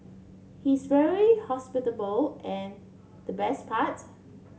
he's very hospitable and the best parts